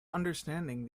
understanding